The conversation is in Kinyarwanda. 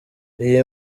iyi